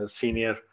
senior